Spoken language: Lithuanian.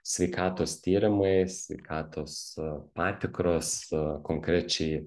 sveikatos tyrimai sveikatos patikros konkrečiai